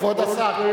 כבוד השר,